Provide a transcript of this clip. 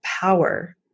power